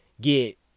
get